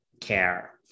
care